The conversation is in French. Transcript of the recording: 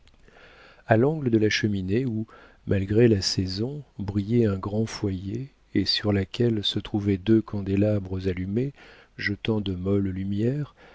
a l'angle de la cheminée où malgré la saison brillait un grand foyer et sur laquelle se trouvaient deux candélabres allumés jetant de molles lumières